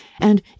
and